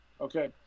okay